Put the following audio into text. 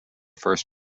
first